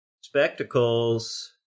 Spectacles